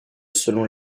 selon